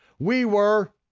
we were,